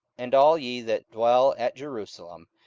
and all ye that dwell at jerusalem,